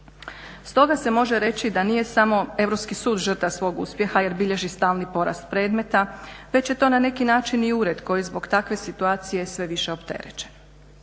Stoga se može reći da nije samo Europski sud žrtva svog uspjeha jer bilježi stalni porast predmeta, već je to na neki način i ured koji je zbog takve situacije sve više opterećen.